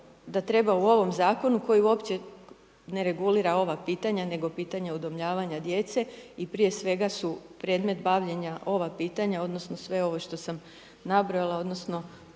da treba u ovom Zakonu koji uopće ne regulira ova pitanja, nego pitanja udomljavanja djece i prije svega su predmet bavljenja, ova pitanja, odnosno sve ovo što sam nabrojala, odnosno